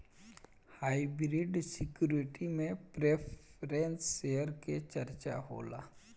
hybrid security में preference share के चर्चा होला